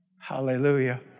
Hallelujah